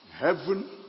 Heaven